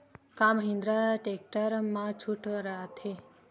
का महिंद्रा टेक्टर मा छुट राइथे?